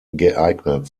geeignet